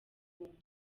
humura